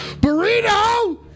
Burrito